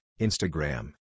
Instagram